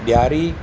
ॾियारी